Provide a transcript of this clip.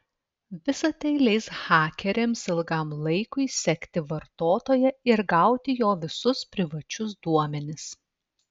visa tai leis hakeriams ilgam laikui sekti vartotoją ir gauti jo visus privačius duomenis